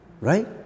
right